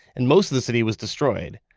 and most of the city was destroyed.